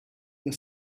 the